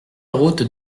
route